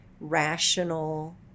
rational